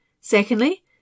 Secondly